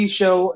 show